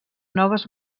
noves